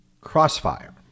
Crossfire